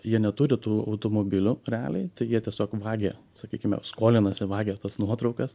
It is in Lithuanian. jie neturi tų automobilių realiai tai jie tiesiog vagia sakykime skolinasi vagia tas nuotraukas